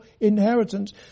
inheritance